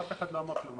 אף אחד לא אמר כלום.